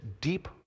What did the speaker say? deep